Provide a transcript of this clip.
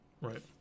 right